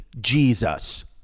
Jesus